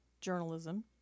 journalism